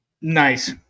Nice